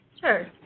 Sure